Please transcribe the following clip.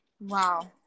Wow